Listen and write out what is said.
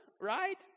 right